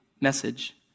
message